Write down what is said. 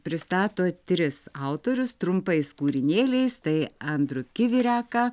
pristato tris autorius trumpais kūrinėliais tai andrų kivireką